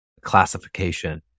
classification